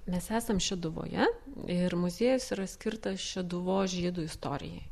mes esam šeduvoje ir muziejus yra skirtas šeduvos žydų istorijai